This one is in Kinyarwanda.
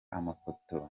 amafoto